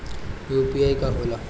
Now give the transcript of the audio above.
UPI का होला?